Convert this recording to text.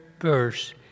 verse